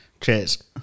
Cheers